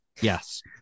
yes